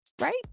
right